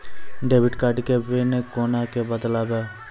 Debit card के pin कोना के बदलबै यो?